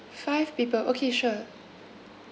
five people okay sure